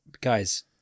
guys